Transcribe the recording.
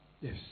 Yes